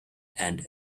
and